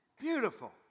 Beautiful